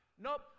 Nope